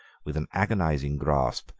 with an agonizing grasp,